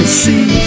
see